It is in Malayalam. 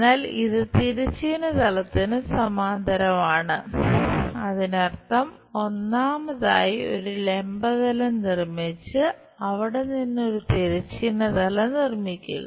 എന്നാൽ ഇത് തിരശ്ചീന തലത്തിന് സമാന്തരമാണ് അതിനർത്ഥം ഒന്നാമതായി ഒരു ലംബ തലം നിർമ്മിച്ച് അവിടെ നിന്ന് ഒരു തിരശ്ചീന തലം നിർമ്മിക്കുക